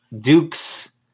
Duke's